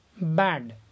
bad